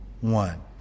One